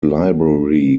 library